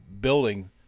building